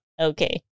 Okay